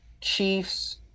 Chiefs